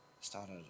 started